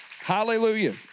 Hallelujah